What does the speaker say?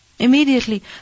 immediately